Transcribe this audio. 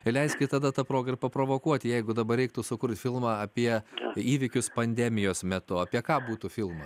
leiskit tada ta proga ir paprovokuoti jeigu dabar reiktų sukurt filmą apie įvykius pandemijos metu apie ką būtų filmas